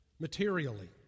materially